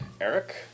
eric